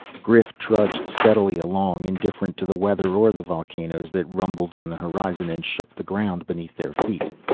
grif trudged steadily along, indifferent to the weather or the volcanoes that rumbled on the horizon and shook the ground beneath their feet.